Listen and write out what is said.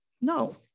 no